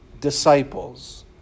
disciples